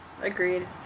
Agreed